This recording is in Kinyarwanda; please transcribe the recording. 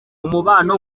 umubano